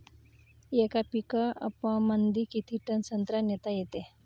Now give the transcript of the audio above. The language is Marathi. येका पिकअपमंदी किती टन संत्रा नेता येते?